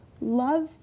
love